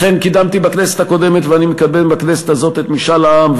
לכן קידמתי בכנסת הקודמת ואני מקדם בכנסת הזאת את משאל העם,